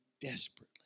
desperately